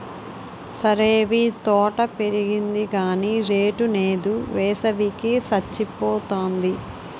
సరేవీ తోట పెరిగింది గాని రేటు నేదు, వేసవి కి సచ్చిపోతాంది